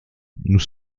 nous